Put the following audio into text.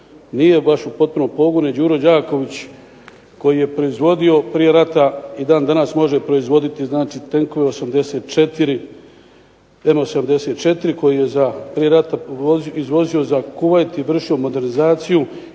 nije baš u potpunom pogonu je Đuro Đaković koji je proizvodio prije rata i dan danas može proizvoditi znači tenkove 84, …/Govornik se ne razumije./… koji je za prije rata izvozio za Kuvajt i vršio modernizaciju